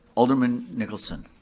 alderman nicholson.